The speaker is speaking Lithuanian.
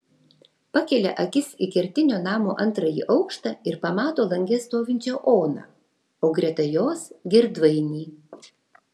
pakelia akis į kertinio namo antrąjį aukštą ir pamato lange stovinčią oną o greta jos girdvainį